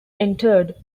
entered